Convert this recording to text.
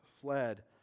fled